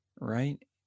right